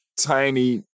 Tiny